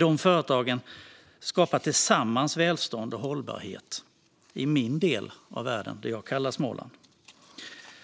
De företagen skapar tillsammans välstånd och hållbarhet i min del av världen, det jag kallar Småland.